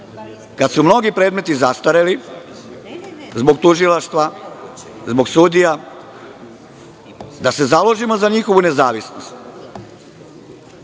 kada su mnogi predmeti zastareli zbog tužilaštva, zbog sudija, da se založimo za njihovu nezavisnost.